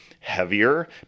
heavier